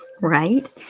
Right